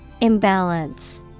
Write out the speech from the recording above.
Imbalance